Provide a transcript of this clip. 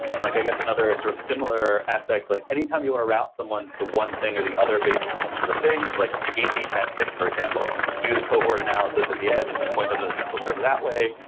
and like i guess another sort of similar aspects, like anytime you want to route someone to one thing or the other based on some of sort of things, like ab testing, for example. do the cohort analysis at the edge and then point up the the central server that way,